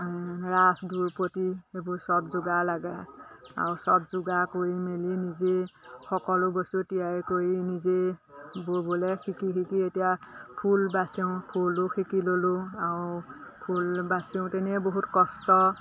ৰাস দুৰপতি সেইবোৰ চব যোগাৰ লাগে আও চব যোগাৰ কৰি মেলি নিজেই সকলো বস্তু তিয়াৰ কৰি নিজেই ববলৈ শিকি শিকি এতিয়া ফুল বাচো ফুলো শিকি ল'লোঁ আৰু ফুল বাচো তেনে বহুত কষ্ট